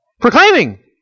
Proclaiming